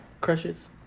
crushes